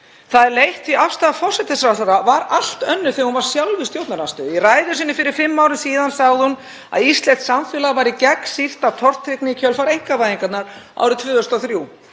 Það er leitt því afstaða forsætisráðherra var allt önnur þegar hún var sjálf í stjórnarandstöðu. Í ræðu sinni fyrir fimm árum síðan sagði hún að íslenskt samfélag væri gegnsýrt af tortryggni í kjölfar einkavæðingarinnar árið 2003.